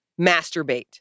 Masturbate